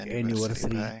anniversary